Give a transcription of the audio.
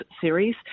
series